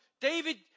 David